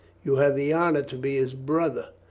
you have the honor to be his brother.